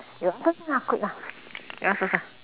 ya you ask first lah quick lah you ask first lah